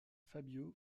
fabio